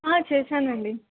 చేసానండి